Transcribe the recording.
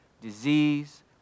disease